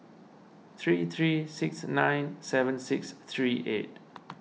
three three six nine seven six three eight